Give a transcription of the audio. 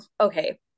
okay